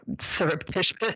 Surreptitious